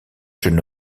jeune